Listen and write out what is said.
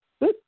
good